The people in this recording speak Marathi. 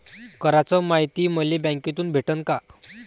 कराच मायती मले बँकेतून भेटन का?